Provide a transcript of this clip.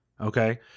Okay